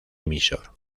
emisor